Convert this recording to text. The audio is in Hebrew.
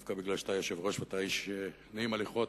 דווקא מפני שאתה היושב-ראש ואתה איש נעים הליכות.